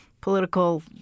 political